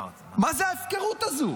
מה זו ההפקרות הזו?